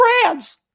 France